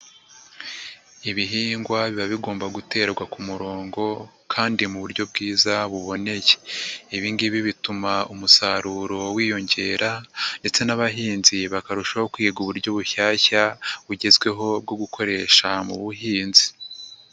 Ibihingwa biba bigomba guterwa ku murongo kandi mu buryo bwiza buboneye. Ibingibi bituma umusaruro wiyongera ndetse n'abahinzi bakarushaho kwiga uburyo bushyashya bugezweho bwo gukoresha mu buhinzi.